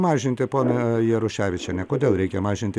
mažinti ponia jaruševičiene kodėl reikia mažinti